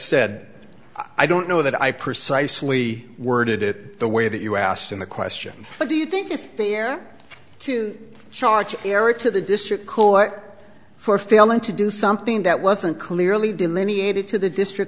said i don't know that i precisely worded it the way that you asked in the question but do you think it's fair to charge eric to the district court for failing to do something that wasn't clearly delineated to the district